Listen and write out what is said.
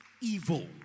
evil